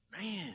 Man